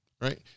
Right